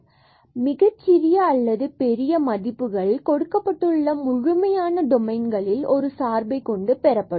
எனவே மிகச் சிறிய அல்லது பெரிய மதிப்புகள் கொடுக்கப்பட்டுள்ள முழுமையான டொமைன்களில் ஒரு சார்பை கொண்டு பெறப்படும்